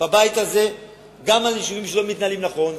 בבית הזה גם על יישובים שלא מתנהלים נכון.